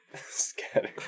scatter